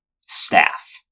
staff